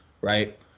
right